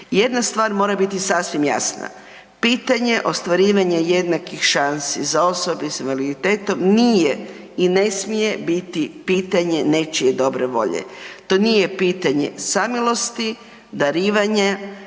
Jedna stvar mora biti sasvim jasna. Pitanje ostvarivanja jednakih šansi za osobe sa invaliditetom nije i ne smije biti pitanje nečije dobre volje. To nije pitanje samilosti, dobivanja,